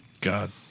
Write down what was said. God